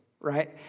right